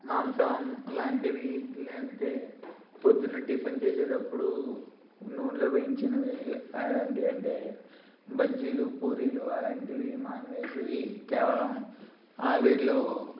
మాంసం ఇలాంటివి లేదంటే పొద్దున్న టిఫిన్ చేసేదప్పుడు నూనెలో వేయించినవి అలాంటివంటే బజ్జీలు పూరీలు అలాంటివి మానివేసి కేవలం ఆవిరిలో